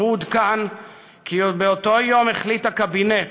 הוא עודכן כי עוד באותו היום החליט הקבינט